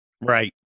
Right